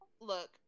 Look